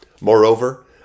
Moreover